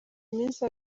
iminsi